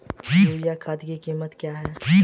Urea खाद की कीमत क्या है?